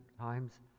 times